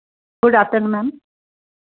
good afternoon ma'am